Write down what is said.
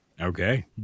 okay